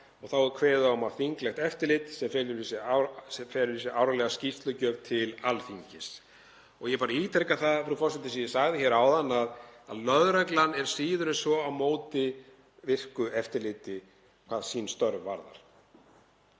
Þá er kveðið á um þinglegt eftirlit sem felur í sér árlega skýrslugjöf til Alþingis. Ég bara ítreka það, frú forseti, sem ég sagði hér áðan, að lögreglan er síður en svo á móti virku eftirliti hvað sín störf varðar.